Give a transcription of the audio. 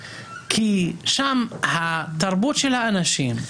אני חושב שיש גם עניין של מכלול.